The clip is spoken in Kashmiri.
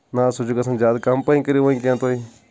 نہ حظ سُہ چھ گژھن زیادٕ کَم پہن کٔرو وۅنی کینٛہہ تُہۍ